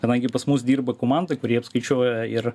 kadangi pas mus dirba komanda kuri apskaičiuoja ir